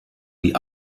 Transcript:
wie